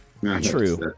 True